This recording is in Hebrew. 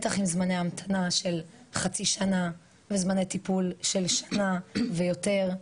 בטח עם זמני המתנה של חצי שנה וזמני טיפול של שנה ויותר,